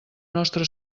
nostra